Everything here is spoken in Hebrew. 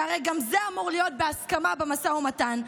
שהרי גם זה אמור להיות בהסכמה במשא ומתן,